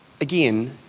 again